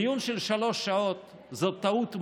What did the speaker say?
דיון של שלוש שעות זאת טעות מרה.